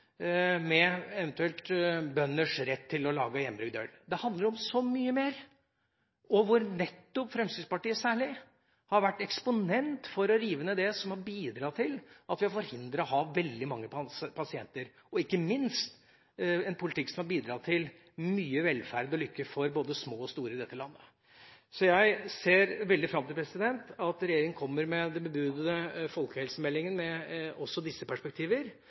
med bønders eventuelle rett til å lage hjemmebrygget øl. Det handler om så mye mer. Særlig Fremskrittspartiet har vært eksponent for å rive ned det som har bidratt til å forhindre at vi får veldig mange pasienter. Vi har ikke minst en politikk som har bidratt til mye velferd og lykke for både små og store i dette landet. Jeg ser veldig fram til at regjeringa kommer med den bebudede folkehelsemeldinga med også disse